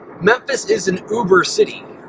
memphis is an uber city,